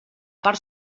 part